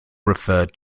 referred